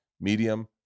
medium